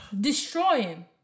destroying